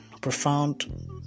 profound